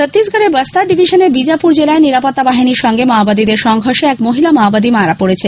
ছত্তিশগড়ের বাস্তার ডিভিশনের বীজাপুর জেলায় নিরাপত্তা বাহিনীর সঙ্গে মাওবাদীদের সংঘর্ষে এক মহিলা মাওবাদী মারা পড়েছে